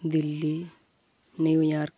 Delhi New York